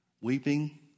weeping